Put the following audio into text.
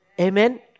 Amen